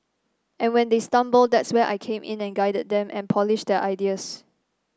and when they stumble that's where I came in and guided them and polished their ideas